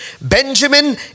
Benjamin